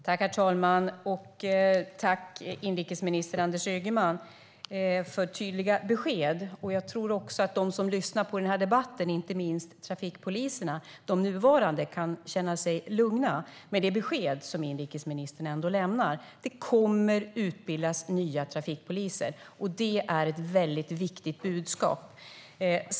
Herr talman! Tack, inrikesminister Anders Ygeman, för tydliga besked! Jag tror att de som lyssnar på den här debatten, inte minst de nuvarande trafikpoliserna, kan känna sig lugna med det besked som inrikesministern lämnar: Det kommer att utbildas nya trafikpoliser. Det är ett väldigt viktigt budskap.